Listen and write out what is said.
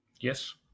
Yes